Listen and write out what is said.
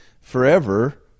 forever